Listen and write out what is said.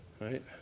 Right